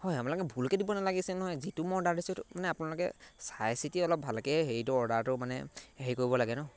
হয় আপোনালোকে ভুলকৈ দিব নালাগিছিল নহয় যিটো মই অৰ্ডাৰ দিছোঁ সেইটো মানে আপোনালোকে চাই চিতি অলপ ভালকৈ হেৰিটো অৰ্ডাৰটো মানে হেৰি কৰিব লাগে ন